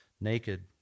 naked